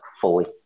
fully